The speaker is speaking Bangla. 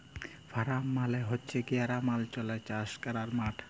ফারাম মালে হছে গেরামালচলে চাষ ক্যরার মাঠ